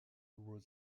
road